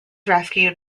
rescued